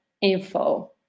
info